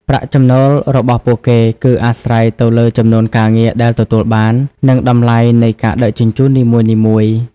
ប្រាក់ចំណូលរបស់ពួកគេ គឺអាស្រ័យទៅលើចំនួនការងារដែលទទួលបាន និងតម្លៃនៃការដឹកជញ្ជូននីមួយៗ។